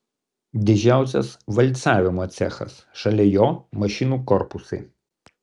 didžiausias valcavimo cechas šalia jo mašinų korpusai